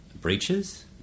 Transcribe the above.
breaches